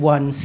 One